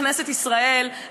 בכנסת ישראל,